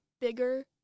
bigger